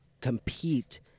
compete